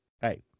Hey